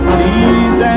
Please